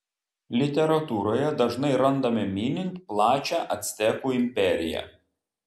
literatūroje dažnai randame minint plačią actekų imperiją